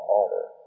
order